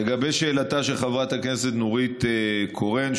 לגבי שאלתה של חברת הכנסת נורית קורן,